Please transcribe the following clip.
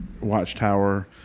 watchtower